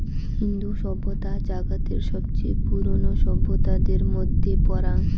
ইন্দু সভ্যতা জাগাতের সবচেয়ে পুরোনো সভ্যতাদের মধ্যেই পরাং